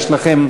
יש לכם,